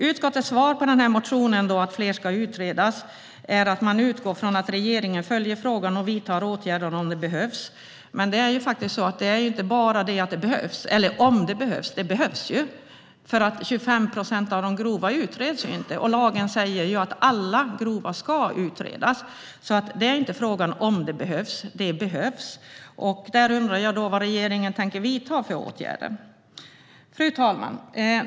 Utskottets svar på motionen om att fler ska utredas är att man utgår från att regeringen följer frågan och vidtar åtgärder om det behövs. Men frågan är ju faktiskt inte om det behövs. Det behövs! 25 procent av de grova brotten utreds inte, och lagen säger att alla grova brott ska utredas. Frågan är alltså inte om det behövs. Det behövs, och jag undrar vad regeringen tänker vidta för åtgärder. Fru talman!